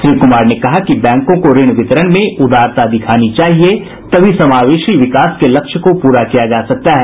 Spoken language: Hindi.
श्री कुमार ने कहा कि बैंकों को ऋण वितरण में उदारता दिखानी चाहिये तभी समावेशी विकास के लक्ष्य को पूरा किया जा सकता है